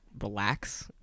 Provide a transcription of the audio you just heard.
relax